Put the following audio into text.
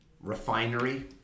refinery